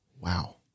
wow